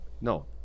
No